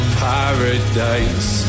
paradise